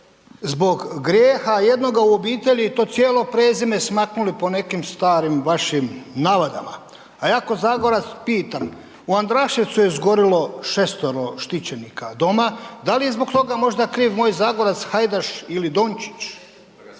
zbog grijeha jednoga u obitelji to cijelo prezime smaknuli po nekim starim vašim navadama, a ja ko Zagorac pitam, u Andraševcu je izgorilo 6-tero štićenika doma, da li je zbog toga kriv možda moj Zagorac Hajdaš ili Dončić,